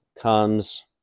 comes